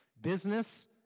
business